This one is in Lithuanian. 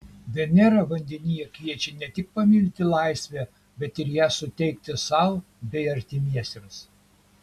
venera vandenyje kviečia ne tik pamilti laisvę bet ir ją suteikti sau bei artimiesiems